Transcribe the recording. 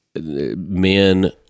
Men